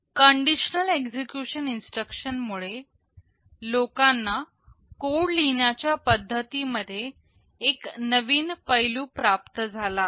conditional execution instruction मुळे लोकांना code लिहिण्या च्या पद्धतीमध्ये एक नवीन पैलू प्राप्त झाला आहे